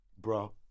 bro